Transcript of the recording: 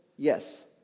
Yes